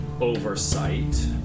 Oversight